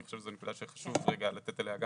אני חושב שזו נקודה שחשוב לתת עליה גם